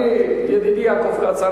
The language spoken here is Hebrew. ידידי יעקב כץ,